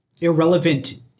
irrelevant